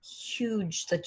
huge